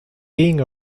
being